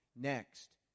Next